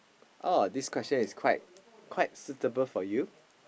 oh this question is quite suitable for you